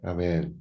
Amen